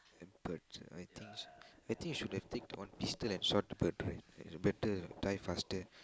but I think I think you should have take on better die faster and burn